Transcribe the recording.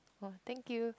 oh thank you